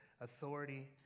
authority